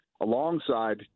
alongside